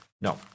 No